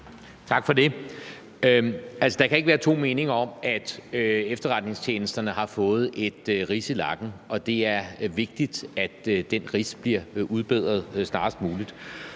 Tak for det. Der kan ikke være to meninger om, at efterretningstjenesterne har fået en ridse i lakken, og det er vigtigt, at den ridse bliver udbedret snarest muligt.